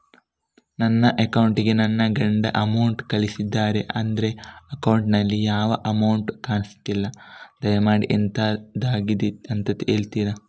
ನನ್ನ ಅಕೌಂಟ್ ಗೆ ನನ್ನ ಗಂಡ ಅಮೌಂಟ್ ಕಳ್ಸಿದ್ದಾರೆ ಆದ್ರೆ ಅಕೌಂಟ್ ನಲ್ಲಿ ಯಾವ ಅಮೌಂಟ್ ಕಾಣಿಸ್ತಿಲ್ಲ ದಯಮಾಡಿ ಎಂತಾಗಿದೆ ಅಂತ ಹೇಳ್ತೀರಾ?